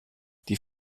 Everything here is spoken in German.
die